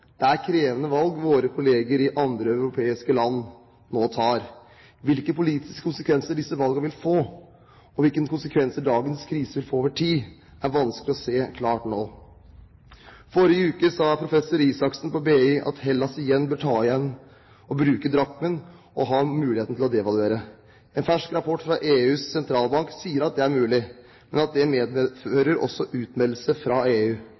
Det er krevende valg våre kollegaer i andre europeiske land nå tar. Hvilke politiske konsekvenser disse valgene vil få, og hvilke konsekvenser dagens krise vil få over tid, er vanskelig å se klart nå. Forrige uke sa professor Isachsen på BI at Hellas igjen bør ta i bruk drakmer for å ha muligheten til å devaluere. En fersk rapport fra EUs sentralbank sier at det mulig, men at det også medfører utmeldelse av EU.